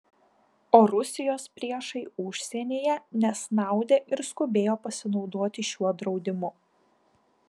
o rusijos priešai užsienyje nesnaudė ir skubėjo pasinaudoti šiuo draudimu